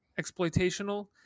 exploitational